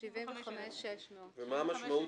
אולי כדאי שתסבירו את התחלופה של הסעיפים מהמחיקה שהופיעה